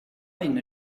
design